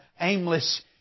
aimless